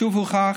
שוב הוכח